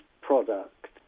product